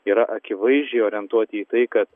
yra akivaizdžiai orientuoti į tai kad